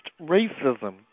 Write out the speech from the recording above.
racism